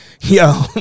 Yo